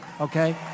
Okay